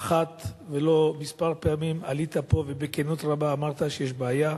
אחת ולא כמה פעמים עלית פה ובכנות רבה אמרת שיש בעיה,